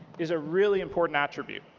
is a really important attribute.